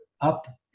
up